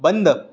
बंद